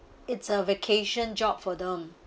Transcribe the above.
it's a vacation job for them